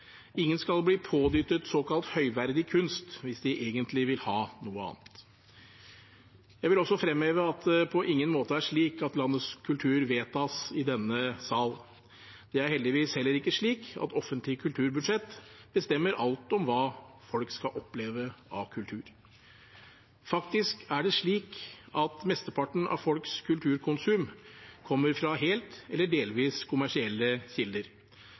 Ingen skal bli pådyttet såkalt høyverdig kunst hvis de egentlig vil ha noe annet. Jeg vil også fremheve at det på ingen måte er slik at landets kultur vedtas i denne sal, og det er heldigvis heller ikke slik at offentlige kulturbudsjett bestemmer alt om hva folk skal oppleve av kultur. Faktisk er det slik at mesteparten av folks kulturkonsum kommer fra helt eller delvis kommersielle kilder.